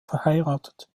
verheiratet